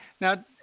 Now